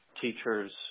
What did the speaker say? teachers